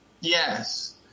Yes